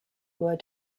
were